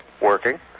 Working